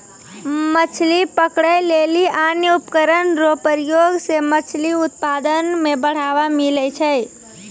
मछली पकड़ै लेली अन्य उपकरण रो प्रयोग से मछली उत्पादन मे बढ़ावा मिलै छै